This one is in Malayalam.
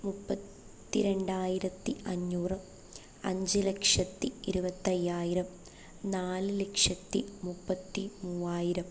മുപ്പത്തി രണ്ടായിരത്തി അഞ്ഞൂറ് അഞ്ച് ലക്ഷത്തി ഇരുപത്തായ്യായിരം നാല് ലക്ഷത്തി മുപ്പത്തി മൂവായിരം